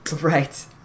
right